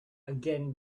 again